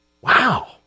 Wow